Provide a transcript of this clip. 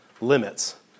limits